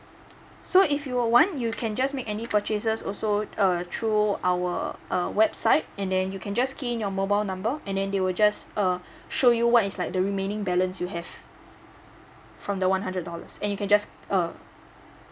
so if you want you can just make any purchases also uh through our uh website and then you can just key in your mobile number and then they will just uh show you what is like the remaining balance you have from the one hundred dollars and you can just uh